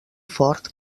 fort